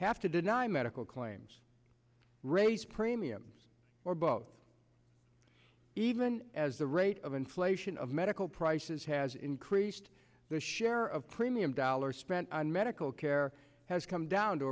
have to deny medical claims raise premiums or both even as the rate of inflation of medical prices has increased their share of premium dollars spent on medical care has come down to